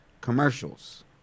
commercials